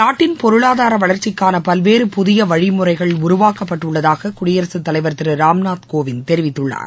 நாட்டின் பொருளாதார வளர்ச்சிக்கான பல்வேறு புதிய வழிமுறைகள் உருவாக்கப்பட்டுள்ளதாக குடியரசுத் தலைவர் திரு ராம்நாத் கோவிந்த் தெரிவித்துள்ளார்